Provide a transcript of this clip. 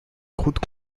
croûte